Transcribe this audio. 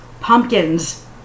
pumpkins